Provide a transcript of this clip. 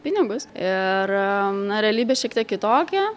pinigus ir na realybė šiek tiek kitokia